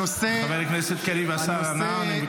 הנושא --- חבר הכנסת קריב, השר ענה.